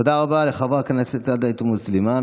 תודה רבה לחברת הכנסת עאידה תומא סלימאן.